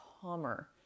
calmer